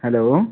hello